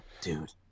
dude